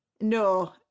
No